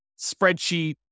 spreadsheet